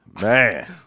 Man